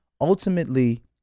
Ultimately